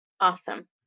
Awesome